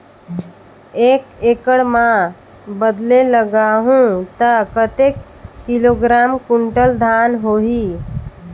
एक एकड़ मां बदले लगाहु ता कतेक किलोग्राम कुंटल धान होही?